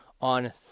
on